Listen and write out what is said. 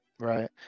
Right